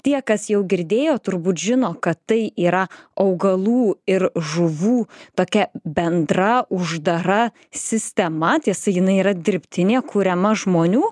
tie kas jau girdėjo turbūt žino kad tai yra augalų ir žuvų tokia bendra uždara sistema tiesa jinai yra dirbtinė kuriama žmonių